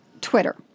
Twitter